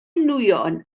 nwyon